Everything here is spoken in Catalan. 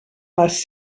les